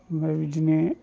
ओमफ्राय बिदिनो